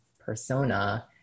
persona